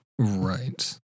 Right